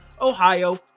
ohio